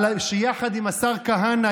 יחד עם השר כהנא,